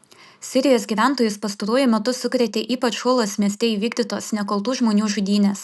sirijos gyventojus pastaruoju metu sukrėtė ypač hulos mieste įvykdytos nekaltų žmonių žudynės